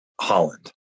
Holland